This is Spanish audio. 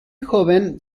joven